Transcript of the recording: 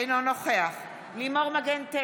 אינו נוכח אבתיסאם מראענה,